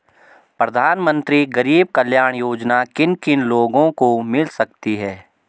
प्रधानमंत्री गरीब कल्याण योजना किन किन लोगों को मिल सकती है?